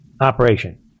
operation